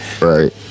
Right